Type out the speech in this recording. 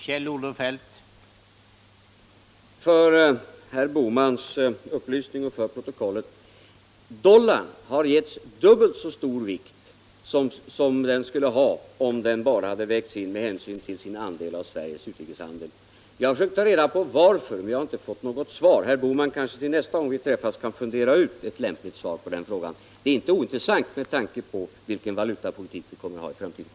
Herr talman! För herr Bohmans upplysning och för protokollet: Dollarn har givits dubbelt så stor betydelse som den skulle ha om den bara vägts in med hänsyn till sin andel i Sveriges utrikeshandel. Jag har försökt ta reda på varför, men jag har inte fått något svar. Herr Bohman kanske till nästa gång vi träffas kan fundera ut ett lämpligt svar på den frågan. Den är inte ointressant med tanke på vilken valutapolitik vi kommer att ha i framtiden.